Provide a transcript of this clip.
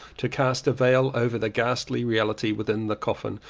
to cast a veil over the ghastly reality within the coffin.